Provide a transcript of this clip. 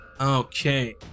Okay